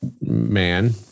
man